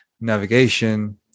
navigation